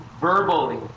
verbally